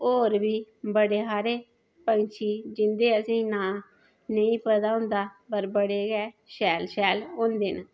और बी बडे सारे पंछी जिंदे आसेगी नां नेई पता होंदा पर बडे़ गै शैल शैल होंदे